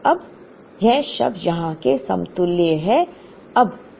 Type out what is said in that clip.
अब यह शब्द यहाँ के समतुल्य है संदर्भ स्लाइड समय 2842